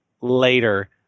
later